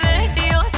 Radio